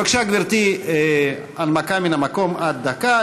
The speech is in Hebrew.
בבקשה, גברתי, הנמקה מן המקום, עד דקה.